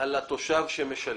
על התושב שמשלם.